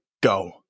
go